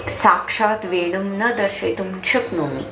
साक्षात् वेणुं न दर्शयितुं शक्नोमि